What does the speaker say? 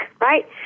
right